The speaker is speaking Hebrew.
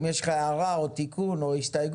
אם יש לך הערה או תיקון או הסתייגות,